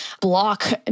block